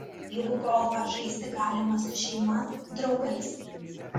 juk golfą žaisti galima su šeima draugais